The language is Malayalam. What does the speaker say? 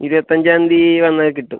ഇരുപത്തഞ്ചാം തീയതി വന്നാൽ കിട്ടും